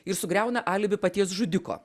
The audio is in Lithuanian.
ir sugriauna alibi paties žudiko